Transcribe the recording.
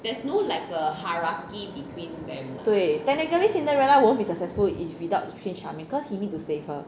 对 technically cinderella won't be successful if without prince charming cause he need to save her